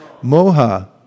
Moha